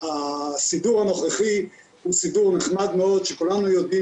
הסידור הנוכחי הוא סידור נחמד מאוד שכולנו יודעים